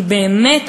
באמת,